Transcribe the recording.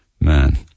Man